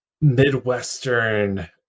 midwestern